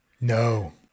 No